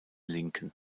linken